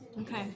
Okay